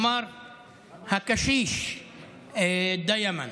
אמר הקשיש דיאמנט.